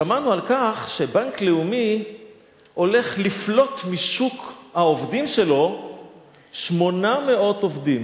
שמענו שבנק לאומי הולך לפלוט משוק העובדים שלו 800 עובדים.